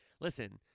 Listen